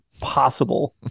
possible